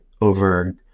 over